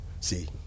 See